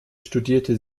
studierte